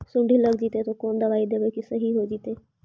सुंडी लग जितै त कोन दबाइ देबै कि सही हो जितै?